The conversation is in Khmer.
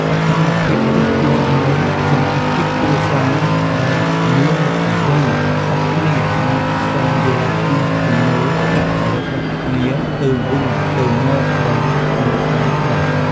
សកម្មភាពនេះជួយឱ្យសមាជិកគ្រួសារដែលមានវ័យខុសគ្នាអាចស្វែងយល់ពីចំណូលចិត្តរបស់គ្នាទៅវិញទៅមកបានកាន់តែច្បាស់។